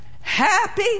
happy